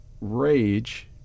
rage